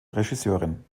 regisseurin